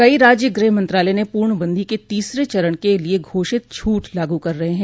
कई राज्य गृह मंत्रालय की पूर्णबंदी के तीसरे चरण के लिए घोषित छूट लागू कर रहे हैं